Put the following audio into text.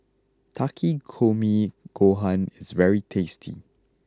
Takikomi Gohan is very tasty